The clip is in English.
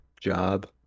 job